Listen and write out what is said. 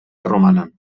romanen